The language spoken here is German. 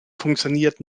funktioniert